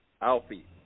Alfie